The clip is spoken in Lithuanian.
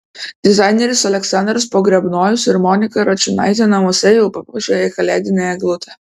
dizaineris aleksandras pogrebnojus ir monika račiūnaitė namuose jau papuošė kalėdinę eglutę